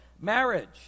marriage